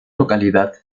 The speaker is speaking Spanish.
localidad